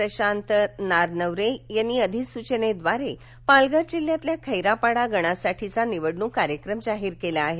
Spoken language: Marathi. प्रशांत नारनवरे यांनी अधिसूचनेद्वारे पालघर जिल्ह्यातल्या खेरापाडा गणासाठीचा निवडणूक कार्यक्रम जाहीर केला आहे